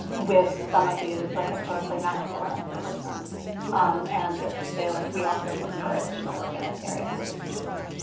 with some of these like historically masculine us overtones and just to say, like, we also look for additional work in this area and would appreciate it.